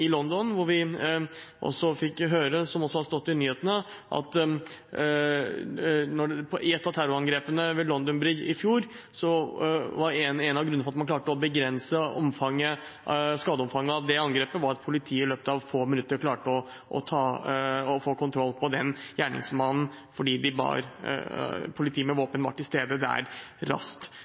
nyhetene, at i et av terrorangrepene i London i fjor, var en av grunnene til at man klarte å begrense skadeomfanget, at politiet i løpet av få minutter klarte å få kontroll på gjerningsmannen fordi politi med våpen var til stede der raskt.